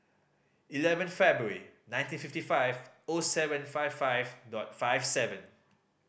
eleven February nineteen fifty five O seven five five dot five seven